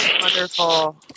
wonderful